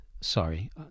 Sorry